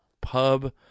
Pub